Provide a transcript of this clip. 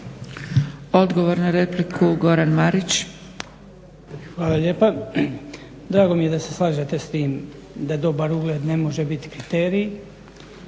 **Marić, Goran (HDZ)** Hvala lijepa. Drago mi je da se slažete s tim da dobar ugled ne može biti kriterij.